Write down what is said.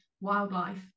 wildlife